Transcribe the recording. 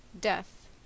death